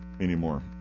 anymore